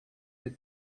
the